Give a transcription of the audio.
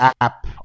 app